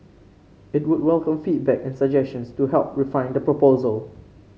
it would welcome feedback and suggestions to help refine the proposals